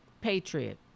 patriot